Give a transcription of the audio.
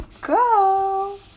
go